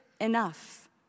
enough